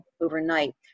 overnight